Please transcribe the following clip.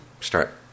start